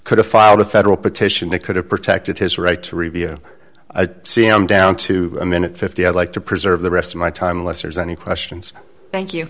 could have filed a federal petition that could have protected his right to review c m down to a minute fifty i'd like to preserve the rest of my time lessers any questions thank you